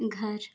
घर